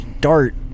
dart